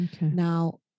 Now